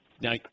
Now